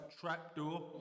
Trapdoor